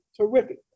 terrific